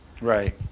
Right